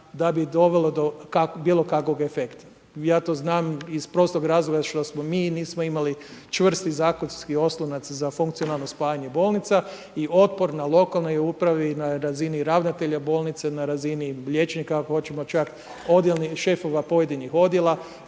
da bi dovelo do bilo kakvog efekta. I ja to znam, iz prostog razloga, što smo mi, nismo imali čvrsti zakonski oslonac za funkcionalno spajanje bolnica i otpor na lokalnoj upravi na razini ravnatelja bolnica, na razini liječnika, ako hoćemo čak, odjela, šefova pojedinih odjela,